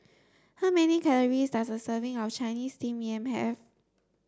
how many calories does a serving of Chinese steamed Yam have